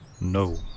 No